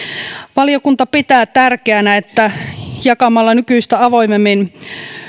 valiokunta pitää tärkeänä että jakamalla nykyistä avoimemmin